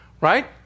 right